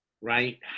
right